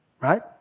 Right